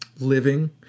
living